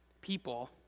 people